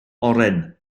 oren